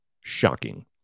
Shocking